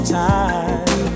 time